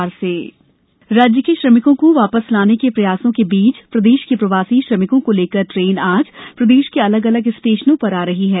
मप्र श्रमिक ट्रेन राज्य के श्रमिकों को वापस लाने के प्रयासों के बीच प्रदेश के प्रवासी श्रमिकों को लेकर ट्रेन आज प्रदेश के अलग अलग स्टेशनों पर आ रही है